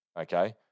okay